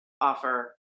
offer